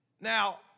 Now